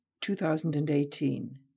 2018